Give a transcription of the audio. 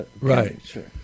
Right